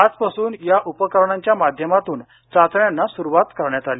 आजपासून या उपकरणांच्या माध्यमातून चाचण्यांना सुरूवात करण्यात आली